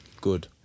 Good